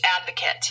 advocate